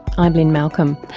i'm lynne malcolm.